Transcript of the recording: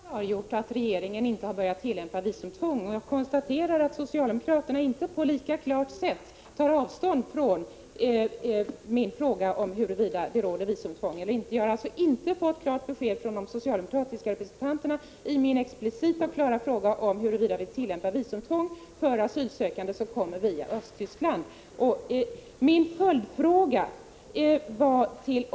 Fru talman! Jag är tacksam för att moderaterna har klargjort att regeringen inte har börjat tillämpa visumtvång. Jag konstaterar att socialdemokraterna inte lika klart vill ge besked på min fråga om huruvida det råder visumtvång eller inte. Jag har alltså inte fått klart besked från de socialdemokratiska representanterna, när jag explicit har frågat huruvida Sverige tillämpar visumtvång för asylsökande som kommer via Östtyskland.